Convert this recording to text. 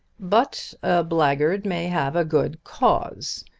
but a blackguard may have a good cause.